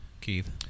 Keith